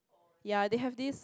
ya they have this